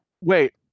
Wait